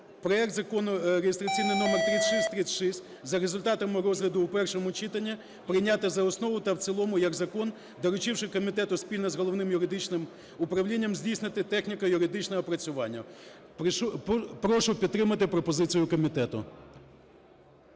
проект закону реєстраційний номер 3636 за результатами розгляду у першому читанні прийняти за основу та в цілому як закон, доручивши комітету спільно з Головним юридичним управлінням здійснити техніко-юридичне опрацювання. Прошу підтримати пропозицію комітету.